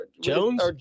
Jones